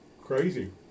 Crazy